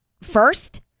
first